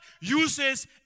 uses